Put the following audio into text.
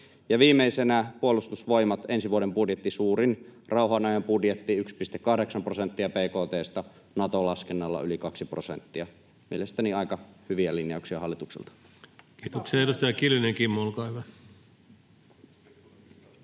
Ja viimeisenä Puolustusvoimat. Ensi vuoden budjetti on suurin rauhanajan budjetti, 1,8 prosenttia bkt:sta, Nato-laskennalla yli 2 prosenttia. Mielestäni aika hyviä linjauksia hallitukselta. [Speech 204] Speaker: